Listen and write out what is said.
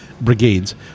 brigades